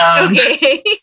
Okay